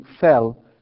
fell